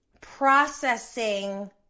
processing